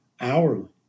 hourly